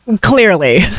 clearly